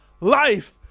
life